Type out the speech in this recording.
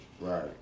Right